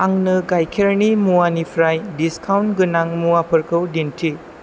आंनो गायखेरनि मुवानिफ्राय डिसकाउन्ट गोनां मुवाफोरखौ दिन्थि